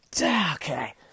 Okay